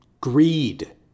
greed